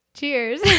Cheers